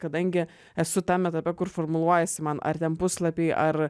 kadangi esu tam etape kur formuluojasi man ar ten puslapiai ar